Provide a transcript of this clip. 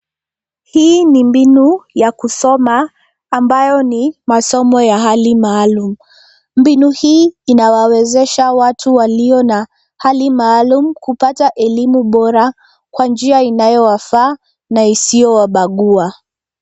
Hii ni mbinu ya kusoma, ambayo ni masomo ya hali maalum. Mbinu hii inawawezesha watu walio na hali maalum kupata elimu bora kwa njia inayowafaa na isiyowabagua.